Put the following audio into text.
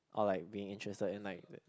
or like being interested in like